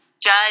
judge